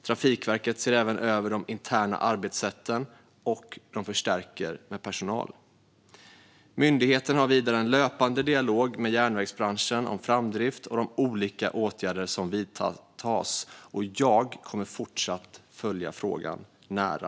Trafikverket ser även över de interna arbetssätten och förstärker med personal. Myndigheten har vidare en löpande dialog med järnvägsbranschen om framdrift och de olika åtgärder som vidtas. Jag kommer fortsatt att följa frågan nära.